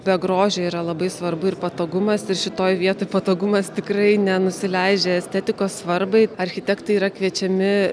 be grožio yra labai svarbu ir patogumas ir šitoj vietoj patogumas tikrai nenusileidžia estetikos svarbai architektai yra kviečiami